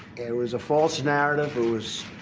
it it was a false narrative, it was